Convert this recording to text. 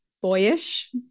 boyish